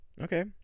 Okay